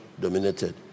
dominated